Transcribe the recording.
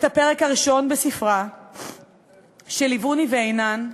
את הפרק הראשון בספרה "שליווני ואינן"